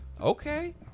Okay